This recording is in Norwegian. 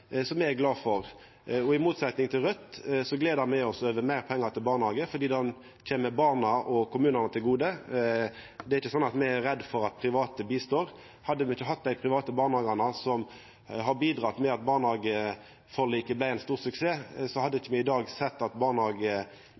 som me er glade for. I motsetning til Raudt gleder me oss over meir pengar til barnehage, fordi det kjem barna og kommunane til gode. Me er ikkje redde for at private hjelper til. Hadde me ikkje hatt dei private barnehagane som hjelpte til å gjera barnehageforliket til ein stor suksess, hadde me ikkje i dag sett at